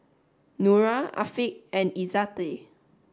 Nura Afiq and Izzati